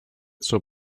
zur